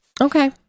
Okay